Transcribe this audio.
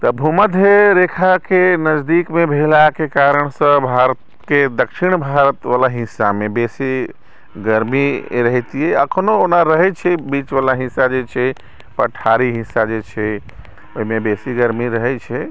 तऽ भूमध्य रेखाके नजदीकमे भेलाके कारणसँ भारतके दक्षिण भारतवला हिस्सामे बेसी गर्मी रहितै एखनहु ओना रहै छै बीचवला हिस्सा जे छै पठारी हिस्सा जे छै ओहिमे बेसी गर्मी रहै छै